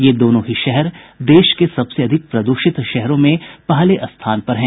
ये दोनों ही शहर देश के सबसे अधिक प्रदूषित शहरों में पहले स्थान पर हैं